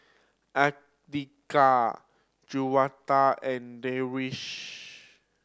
Andika Juwita and Darwish